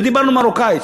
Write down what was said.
ודיברנו מרוקאית,